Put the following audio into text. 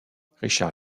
richard